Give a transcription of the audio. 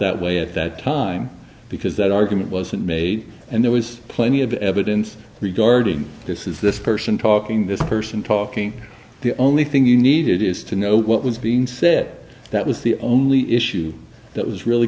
that way at that time because that argument wasn't made and there was plenty of evidence regarding this is this person talking this person talking the only thing you needed is to know what was being said that was the only issue that was really